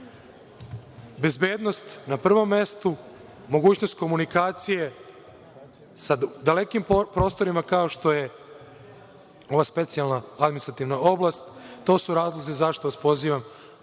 Bezbednost na prvom mestu, mogućnost komunikacije sa dalekim prostorima kao što je ova Specijalna administrativna oblast, to su razlozi zašto vas pozivam